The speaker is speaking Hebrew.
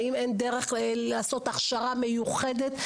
האם אין דרך לעשות הכשרה מיוחדת?